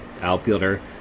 outfielder